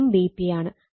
ഇതും Vp ആണ്